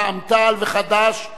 רע"ם-תע"ל וחד"ש בנושא: